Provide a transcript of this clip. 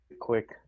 quick